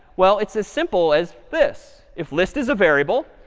well, it's as simple as this. if list is a variable,